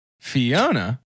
Fiona